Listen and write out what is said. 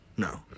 no